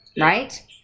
right